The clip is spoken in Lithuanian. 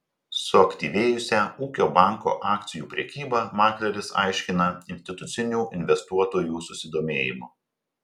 suaktyvėjusią ūkio banko akcijų prekybą makleris aiškina institucinių investuotojų susidomėjimu